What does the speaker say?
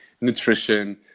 nutrition